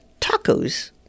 tacos